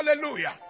Hallelujah